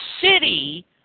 city